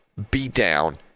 beatdown